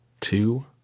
two